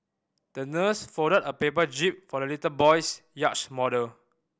the nurse folded a paper jib for the little boy's yacht model